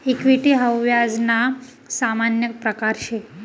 equity हाऊ व्याज ना सामान्य प्रकारसे